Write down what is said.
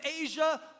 Asia